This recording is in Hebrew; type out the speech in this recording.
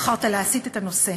בחרת להסיט את הנושא.